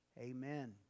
amen